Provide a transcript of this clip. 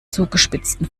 zugespitzten